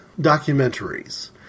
documentaries